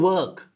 Work